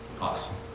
awesome